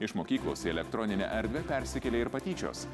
iš mokyklos į elektroninę erdvę persikėlė ir patyčios